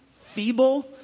feeble